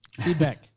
feedback